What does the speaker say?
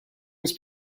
was